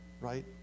right